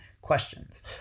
questions